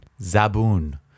Zabun